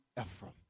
Ephraim